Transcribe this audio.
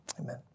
amen